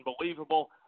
unbelievable